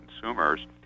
consumers